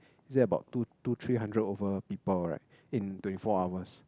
he said about two two three hundred over people right in twenty four hours